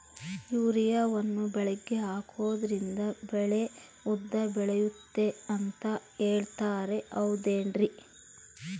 ಯೂರಿಯಾವನ್ನು ಬೆಳೆಗೆ ಹಾಕೋದ್ರಿಂದ ಬೆಳೆ ಉದ್ದ ಬೆಳೆಯುತ್ತೆ ಅಂತ ಹೇಳ್ತಾರ ಹೌದೇನ್ರಿ?